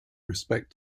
respect